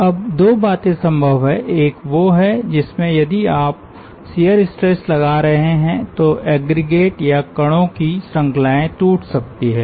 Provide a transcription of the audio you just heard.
अब दो बातें संभव हैं एक वो है जिसमे यदि आप शियर स्ट्रेस लगा रहे हैं तो एग्रीगेट या कणों की श्रृंखलाएं टूट सकती हैं